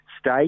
state